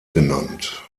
genannt